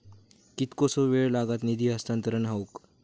कितकोसो वेळ लागत निधी हस्तांतरण हौक?